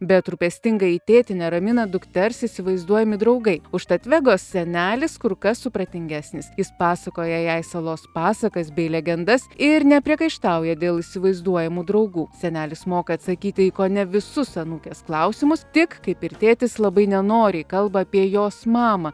bet rūpestingąjį tėtį neramina dukters įsivaizduojami draugai užtat vegos senelis kur kas supratingesnis jis pasakoja jai salos pasakas bei legendas ir nepriekaištauja dėl įsivaizduojamų draugų senelis moka atsakyti į kone visus anūkės klausimus tik kaip ir tėtis labai nenoriai kalba apie jos mamą